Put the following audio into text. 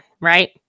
right